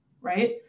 right